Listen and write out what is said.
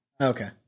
Okay